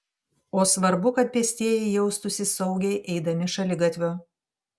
o svarbu kad pėstieji jaustųsi saugiai eidami šaligatviu